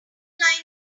line